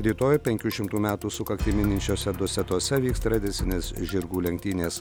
rytoj penkių šimtų metų sukaktį mininčios dusetose vyks tradicinės žirgų lenktynės